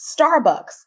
Starbucks